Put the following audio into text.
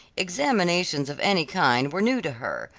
examinations of any kind were new to her,